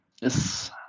yes